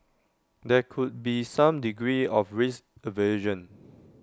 there could be some degree of risk aversion